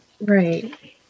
Right